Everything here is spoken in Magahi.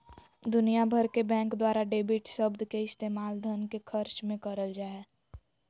दुनिया भर के बैंक द्वारा डेबिट शब्द के इस्तेमाल धन के खर्च मे करल जा हय